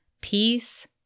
Peace